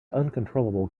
uncontrollable